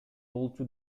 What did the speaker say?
болчу